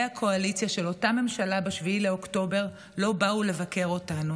הקואליציה של אותה ממשלה ב-7 באוקטובר לא בא לבקר אותנו.